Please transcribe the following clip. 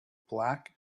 black